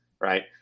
Right